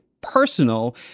personal